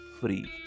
free